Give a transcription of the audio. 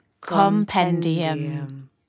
Compendium